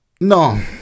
No